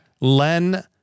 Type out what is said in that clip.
Len